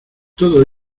todo